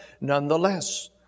nonetheless